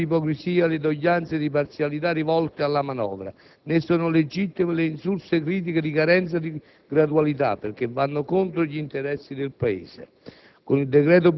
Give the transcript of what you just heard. Perciò sanno di ipocrisia le doglianze di parzialità rivolte alla manovra, né sono legittime le insulse critiche di carenza di gradualità, perché vanno contro gli interessi del Paese.